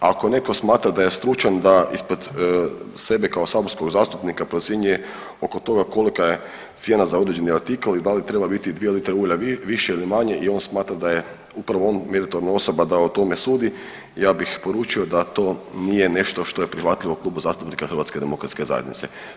Ako netko smatra da je stručan da ispod sebe kao saborskog zastupnika procjenjuje oko toga kolika je cijena za određeni artikl i da li treba biti 2 litre ulja više ili manje i on smatra da je upravo on meritorna osoba da o tome sudi, ja bih poručio da to nije nešto što je prihvatljivo Klubu zastupnika HDZ-a.